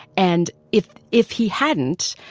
and if if he hadn't,